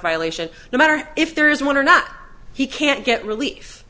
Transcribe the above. violation no matter if there is one or not he can't get relief